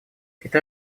китай